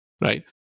right